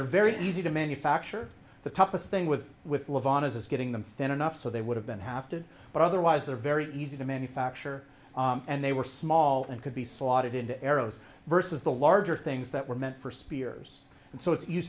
they're very easy to manufacture the toughest thing with with lovato's is getting them fit enough so they would have been have to but otherwise they're very easy to manufacture and they were small and could be slotted into arrows versus the larger things that were meant for spears and so it's you